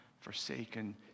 forsaken